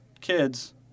kids